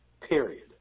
period